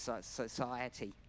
society